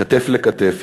כתף אל כתף,